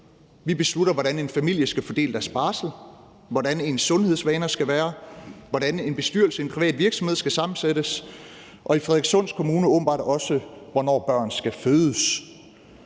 Vi beslutter, hvordan en familie skal fordele dens barsel, hvordan ens sundhedsvaner skal være, hvordan en bestyrelse i en privat virksomhed skal sammensættes, og i Frederikssund Kommune åbenbart også, hvornår børn skal fødes.